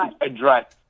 address